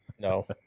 No